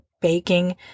baking